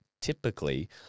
typically